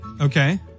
Okay